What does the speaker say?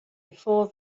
before